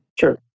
Sure